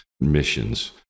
missions